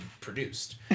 produced